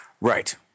Right